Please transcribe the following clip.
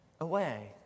away